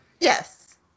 Yes